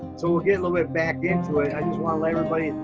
so we'll get a little bit back into it. i just wanna let everybody,